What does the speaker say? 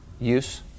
use